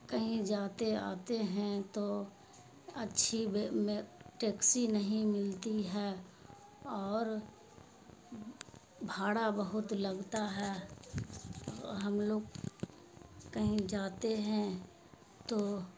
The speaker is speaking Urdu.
کہیں جاتے آتے ہیں تو اچھی ٹیکسی نہیں ملتی ہے اور بھاڑا بہت لگتا ہے ہم لوگ کہیں جاتے ہیں تو